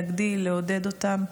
להגדיל ולעודד אותם.